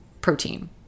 protein